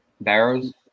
Barrows